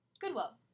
Goodwill